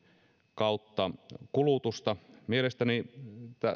kautta kulutusta mielestäni